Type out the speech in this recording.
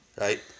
Right